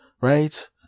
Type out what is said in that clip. right